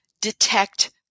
detect